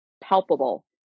palpable